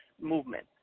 movement